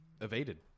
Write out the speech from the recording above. evaded